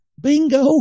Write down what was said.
Bingo